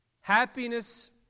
Happiness